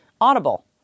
Audible